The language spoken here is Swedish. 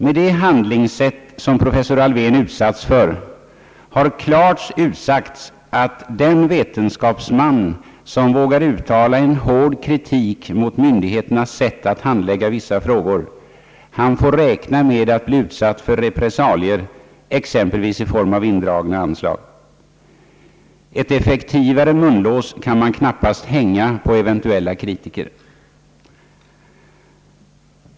Med det handlingssätt professor Alfvén utsatts för har klart utsagts, att den vetenskapsman som vågar uttala en hård kritik mot myndigheternas sätt att handlägga vissa frågor får räkna med indragna anslag. Ett effektivare munlås kan man knappast hänga på eventuella kritiker.